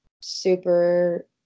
super